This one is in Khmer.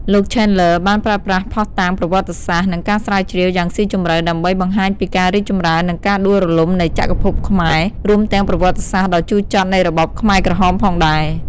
លោក Chandler បានប្រើប្រាស់ភស្តុតាងប្រវត្តិសាស្ត្រ និងការស្រាវជ្រាវយ៉ាងស៊ីជម្រៅដើម្បីបង្ហាញពីការរីកចម្រើន និងការដួលរលំនៃចក្រភពខ្មែរ រួមទាំងប្រវត្តិសាស្ត្រដ៏ជូរចត់នៃរបបខ្មែរក្រហមផងដែរ។